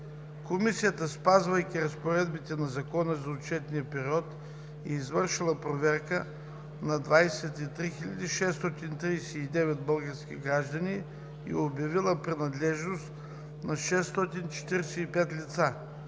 Комисията, спазвайки разпоредбите на Закона, за отчетния период е извършила проверка на 23 639 български граждани и е обявила принадлежност на 645 лица.